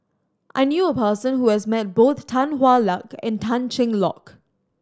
I knew a person who has met both Tan Hwa Luck and Tan Cheng Lock